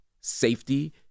safety